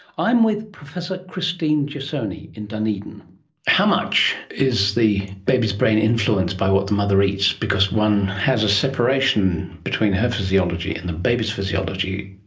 i'm with professor christine jasoni in dunedin. how much is the baby's brain influenced by what the mother eats? because one has a separation between her physiology and the baby's physiology,